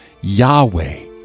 Yahweh